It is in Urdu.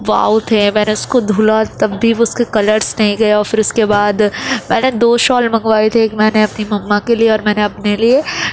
واؤ تھے میں نے اس کو دھلا تب بھی وہ اس کے کلرس نہیں گئے اور پھر اس کے بعد میں نے دو شال منگوائے تھے ایک میں نے اپنی مما کے لیے اور میں نے اپنے لیے